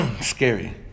Scary